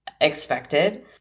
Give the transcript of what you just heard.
expected